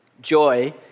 Joy